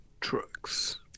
trucks